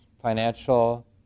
financial